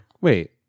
Wait